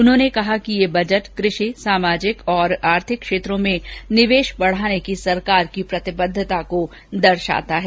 उन्होंने कहा कि यह बजट कृषि सामाजिक और आर्थिक क्षेत्रों में निवेश बढाने की सरकार की प्रतिबद्धता को दर्शाता है